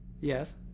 Yes